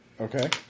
Okay